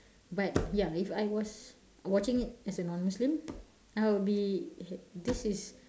but ya if I was watching it as a non muslim I would be this is